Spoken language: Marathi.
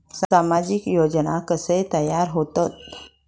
सामाजिक योजना कसे तयार होतत?